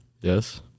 Yes